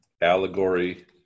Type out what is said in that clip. Allegory